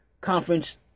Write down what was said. Conference